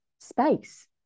space